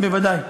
בוודאי.